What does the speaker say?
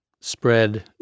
spread